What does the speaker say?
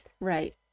right